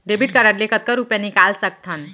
Debit card ले कतका रुपिया निकाल सकथन?